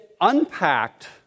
unpacked